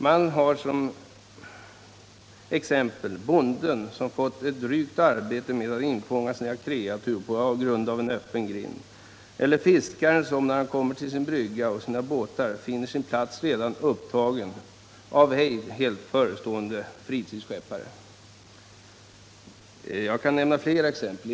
Man kan som exempel nämna bonden som fått ett drygt arbete med att infånga sina kreatur på grund av en öppnad grind eller fiskaren som, när han kommer till sin brygga med båten, finner sin plats redan upptagen av en ej helt förstående fritidsskeppare. Jag kan nämna fler exempel.